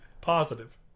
Positive